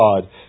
God